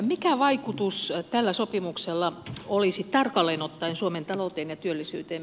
mikä vaikutus tällä sopimuksella olisi tarkalleen ottaen suomen talouteen ja työllisyyteen